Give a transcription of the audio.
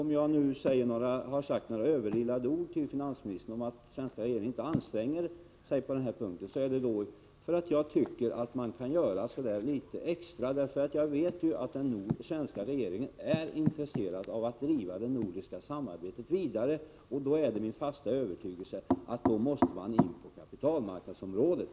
Om jag nu har sagt något överilat till finansministern om att den svenska regeringen inte anstränger sig på den här punkten, är det därför att jag tycker att man kan göra litet extra. Jag vet ju att den svenska regeringen är intresserad av att driva det nordiska samarbetet vidare, och det är min fasta övertygelse att man då måste komma in på kapitalmarknadsområdet.